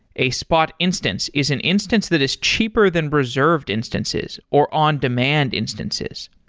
a spot instance is an instance that is cheaper than reserved instances, or on-demand instances,